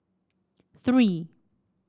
three